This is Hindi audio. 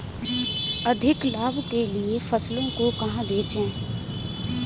अधिक लाभ के लिए फसलों को कहाँ बेचें?